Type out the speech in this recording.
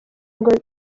ngo